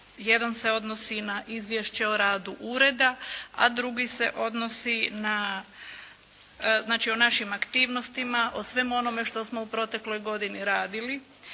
jedan se odnosi na Izvješće o radu ureda, a drugi se odnosi na, znači o našim aktivnostima, o svemu onome što smo u protekloj godini radili,